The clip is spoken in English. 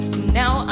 now